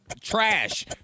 trash